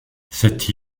cette